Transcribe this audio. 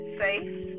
safe